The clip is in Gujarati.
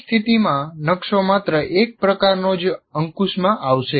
તે સ્થિતિમાં નકશો માત્ર એક પ્રકારનો જ અંકુશમાં આવશે